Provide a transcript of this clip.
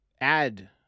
add